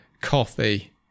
coffee